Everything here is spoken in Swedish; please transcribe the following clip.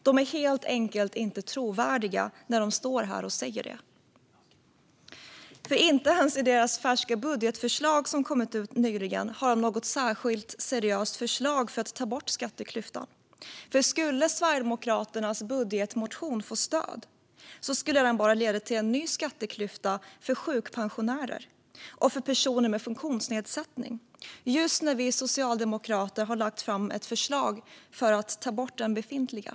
De är helt enkelt inte trovärdiga när de står här och säger det, för inte ens i sitt färska budgetförslag har de något särskilt seriöst förslag för att ta bort skatteklyftan. Skulle Sverigedemokraternas budgetmotion få stöd skulle den bara leda till en ny skatteklyfta för sjukpensionärer och för personer med funktionsnedsättning, just när vi socialdemokrater har lagt fram ett förslag om att ta bort den befintliga.